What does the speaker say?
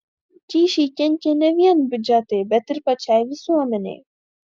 kyšiai kenkia ne vien biudžetui bet ir pačiai visuomenei